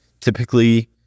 Typically